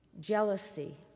jealousy